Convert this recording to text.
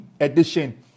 edition